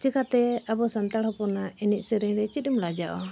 ᱪᱮᱠᱟᱛᱮ ᱟᱵᱚ ᱥᱟᱱᱛᱟᱲ ᱦᱚᱯᱚᱱᱟᱜ ᱮᱱᱮᱡᱼᱥᱮᱨᱮᱧ ᱨᱮ ᱪᱮᱫᱮᱢ ᱞᱟᱡᱟᱜᱼᱟ